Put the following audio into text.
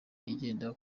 igenda